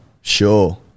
sure